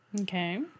Okay